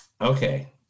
Okay